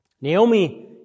Naomi